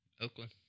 Oakland